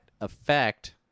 effect